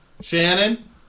Shannon